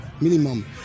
minimum